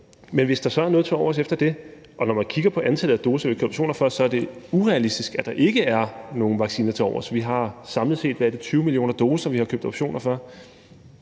Men hvis der så er noget tilovers efter det – og når man kigger på antallet af doser, vi har købt optioner på, er det urealistisk, at der ikke er nogen vacciner tilovers, for vi har samlet set, hvad er det, 20 millioner doser, som vi har købt optioner på